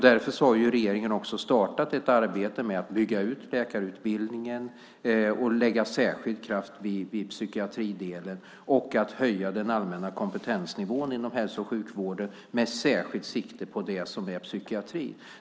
Därför har regeringen också startat ett arbete med att bygga ut läkarutbildningen och lägga särskild kraft vid psykiatridelen och höja den allmänna kompetensnivån inom hälso och sjukvården med särskilt sikte på psykiatri.